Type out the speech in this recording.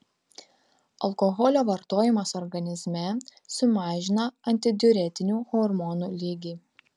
alkoholio vartojimas organizme sumažina antidiuretinių hormonų lygį